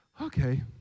Okay